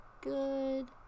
good